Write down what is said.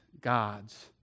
God's